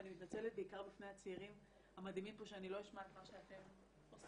ואני מתנצלת בפני הצעירים המדהימים פה שאני לא אשמע את מה שאתם עושים.